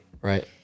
right